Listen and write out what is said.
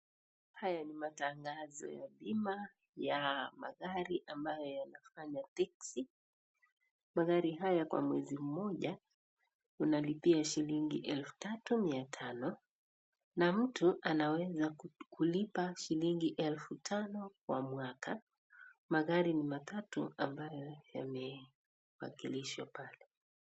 Haya ni matangazo ya bima ya magari amabayo yanafanya taxi, magari haya kwa mwezi Mmoja unalipia shilingi elfu tatu mia tano na mtu anaweza kulipa shilingi elfu tano kwa mwaka, magari ni matatu ambayo yamewakilishwa pale.